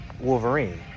wolverine